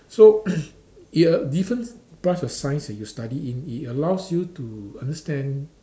so the different branch of science that you study in it allows you to understand